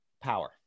power